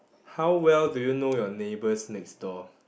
how well do you know your neighbours next door